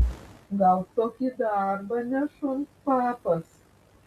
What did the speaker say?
gaut tokį darbą ne šuns papas